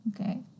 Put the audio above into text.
Okay